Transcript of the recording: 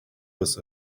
with